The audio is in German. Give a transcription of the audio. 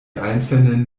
einzelnen